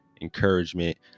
encouragement